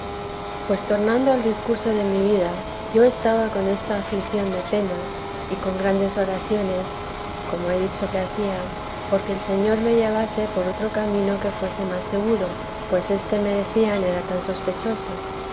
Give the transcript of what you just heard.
pues tornando al discurso de mi vida yo estaba con esta aflicción de penas y con grandes oraciones como he dicho que hacía porque el señor me llevase por otro camino que fuese más seguro pues éste me decían era tan sospechoso